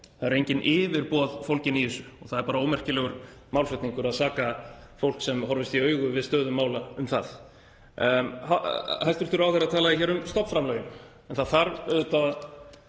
Það eru engin yfirboð fólgin í þessu og það er bara ómerkilegur málflutningur að saka fólk sem horfist í augu við stöðu mála um það. Hæstv. ráðherra talaði um stofnframlögin en það þarf auðvitað